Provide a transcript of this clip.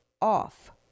off